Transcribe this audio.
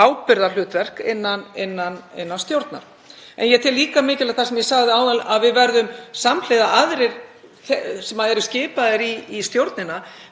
ábyrgðarhlutverk innan stjórnar. Ég tel líka mikilvægt það sem ég sagði áðan, að við verðum samhliða — aðrir sem eru skipaðir í stjórnina,